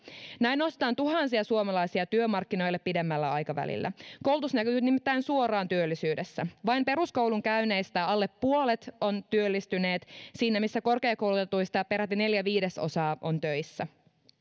näin nostetaan tuhansia suomalaisia työmarkkinoille pidemmällä aikavälillä koulutus näkyy nimittäin suoraan työllisyydessä vain peruskoulun käyneistä alle puolet ovat työllistyneet siinä missä korkeakoulutetuista peräti neljä viidesosaa on töissä